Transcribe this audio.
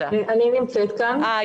נמצא איתנו דביר, יו"ר מועצת התלמידים.